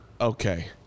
okay